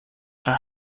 are